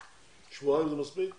שבועיים זה מספיק זמן?